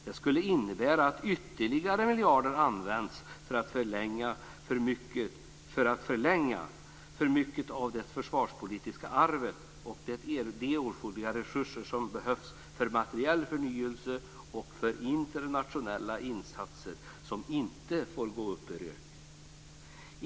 Det skulle innebära att ytterligare miljarder används för att förlänga mycket av det försvarspolitiska arvet och att de resurser som behövs för materiell förnyelse och för internationella insatser går upp i rök.